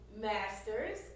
masters